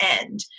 end